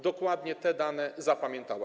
dokładnie te dane zapamiętała.